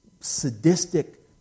sadistic